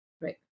right